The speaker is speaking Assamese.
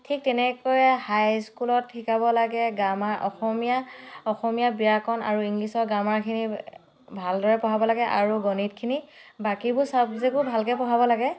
ঠিক তেনেকৈয়ে হাই স্কুলত শিকাব লাগে গ্ৰামাৰ অসমীয়া অসমীয়া ব্যাকৰণ আৰু ইংলিচৰ গ্ৰামাৰখিনি ভাল দৰে পঢ়াব লাগে আৰু গণিতখিনি বাকীবোৰ চাবজেক্টো ভালকৈ পঢ়াব লাগে